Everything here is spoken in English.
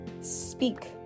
speak